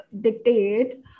dictate